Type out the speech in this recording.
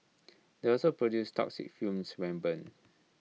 they also produce toxic fumes when burned